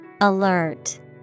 Alert